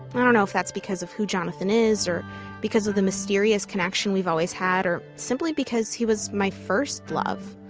i don't know if that's because of who jonathan is, or because of the mysterious connection we've always had, or simply because he was my first love.